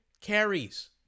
carries